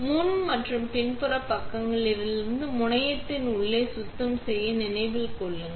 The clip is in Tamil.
முன் மற்றும் பின்புற பக்கத்திலிருந்து முனையத்தின் உள்ளே சுத்தம் செய்ய நினைவில் கொள்ளுங்கள்